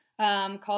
Called